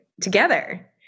together